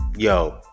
Yo